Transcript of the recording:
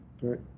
right